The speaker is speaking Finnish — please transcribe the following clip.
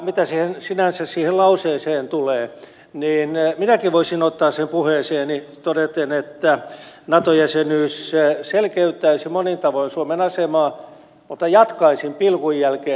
mitä sinänsä siihen lauseeseen tulee niin minäkin voisin ottaa sen puheeseeni todeten että nato jäsenyys selkeyttäisi monin tavoin suomen asemaa mutta jatkaisin pilkun jälkeen